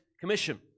commission